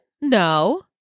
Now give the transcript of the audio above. No